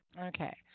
Okay